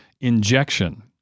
injection